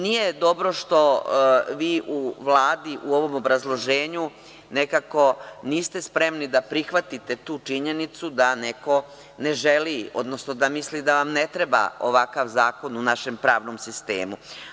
Nije dobro što vi u Vladi, u ovom obrazloženju, nekako niste spremni da prihvatite tu činjenicu da neko ne želi, odnosno da misli da vam ne treba ovakav zakon u našem pravnom sistemu.